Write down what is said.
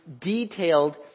detailed